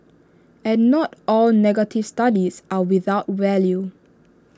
and not all negative studies are without value